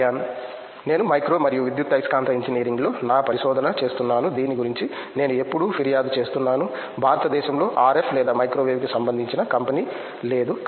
ప్రగ్యాన్ నేను మైక్రో మరియు విద్యుదయస్కాంత ఇంజనీరింగ్లో నా పరిశోధన చేస్తున్నాను దీని గురించి నేను ఎప్పుడూ ఫిర్యాదు చేస్తున్నాను భారతదేశంలో ఆర్ఎఫ్ లేదా మైక్రోవేవ్ కి సంబందించిన కంపెనీ లేదు